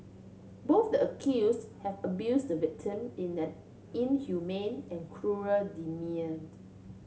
both the accuse have abuse the victim in an inhumane and cruel demeaned